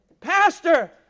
Pastor